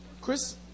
Chris